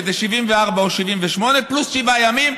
שזה 74 או 78 פלוס 7 ימים,